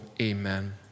amen